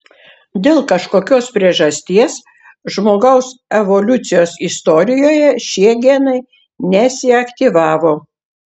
dėl kažkokios priežasties žmogaus evoliucijos istorijoje šie genai nesiaktyvavo